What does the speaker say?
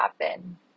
happen